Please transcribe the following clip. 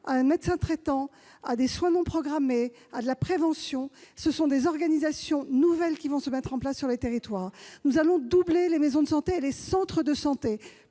à un médecin traitant, à des soins non programmés, à la prévention. Des organisations nouvelles vont se mettre en place dans les territoires. Nous allons doubler les maisons de santé et les centres de santé